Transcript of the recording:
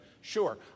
sure